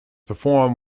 performed